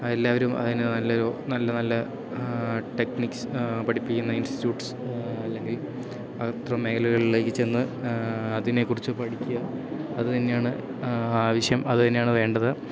അതെല്ലാവരും അതിനു നല്ലൊരു നല്ല നല്ല ടെക്നിക്സ് പഠിപ്പിക്കുന്ന ഇൻസ്റ്റിറ്റ്യൂട്ട്സ് അല്ലെങ്കിൽ അത്തരം മേഖലകളിലേക്കു ചെന്ന് അതിനെക്കുറിച്ച് പഠിക്കുക അതു തന്നെയാണ് ആവശ്യം അതു തന്നെയാണ് വേണ്ടത്